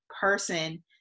person